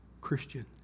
Christian